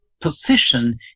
position